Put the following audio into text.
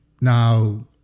Now